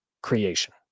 creation